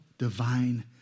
divine